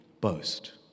boast